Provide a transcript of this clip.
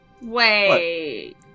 Wait